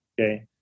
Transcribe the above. Okay